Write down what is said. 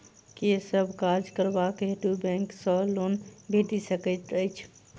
केँ सब काज करबाक हेतु बैंक सँ लोन भेटि सकैत अछि?